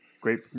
great